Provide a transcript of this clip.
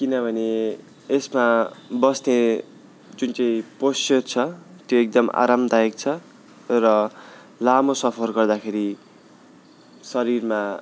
किनभने यसमा बस्ने जुन चाहिँ पोसचर छ त्यो एकदम आरामदायक छ र लामो सफर गर्दाखेरि शरीरमा